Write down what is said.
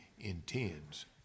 intends